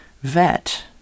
vet